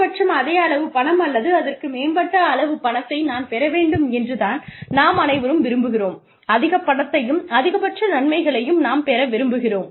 குறைந்தபட்சம் அதே அளவு பணம் அல்லது அதற்கு மேற்பட்ட அளவு பணத்தை நான் பெற வேண்டும் என்று தான் நாம் அனைவரும் விரும்புகிறோம் அதிகப்பணத்தையும் அதிகபட்ச நன்மைகளையும் நாம் பெற விரும்புகிறோம்